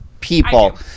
people